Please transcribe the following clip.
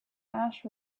ash